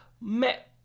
met